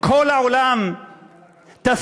כל העולם טועה,